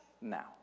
now